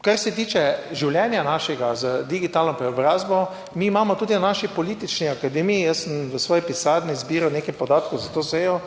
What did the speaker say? Kar se tiče življenja našega, z digitalno preobrazbo, mi imamo tudi na naši politični akademiji, jaz sem v svoji pisarni zbiral nekaj podatkov za to sejo.